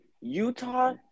Utah